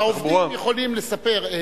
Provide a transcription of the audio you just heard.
העובדים יכולים לספר,